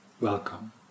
welcome